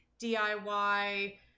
DIY